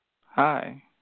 Hi